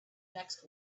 next